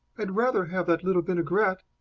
i'd rather have that little vinaigrette.